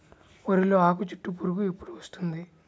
వరిలో ఆకుచుట్టు పురుగు ఎప్పుడు వస్తుంది?